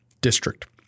district